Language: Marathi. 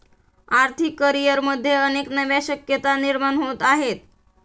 आर्थिक करिअरमध्ये अनेक नव्या शक्यता निर्माण होत आहेत